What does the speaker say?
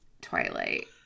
Twilight